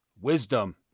wisdom